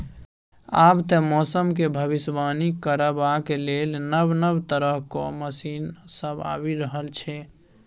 आब तए मौसमक भबिसबाणी करबाक लेल नब नब तरहक मशीन सब आबि रहल छै